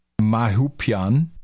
Mahupian